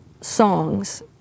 songs